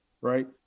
right